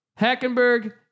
Hackenberg